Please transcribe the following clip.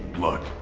look,